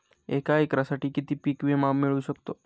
एका एकरसाठी किती पीक विमा मिळू शकतो?